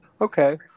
Okay